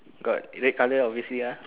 got red colour obviously uh